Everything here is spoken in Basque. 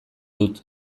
dut